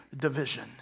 division